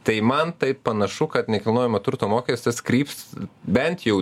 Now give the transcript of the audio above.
tai man tai panašu kad nekilnojamo turto mokestis kryps bent jau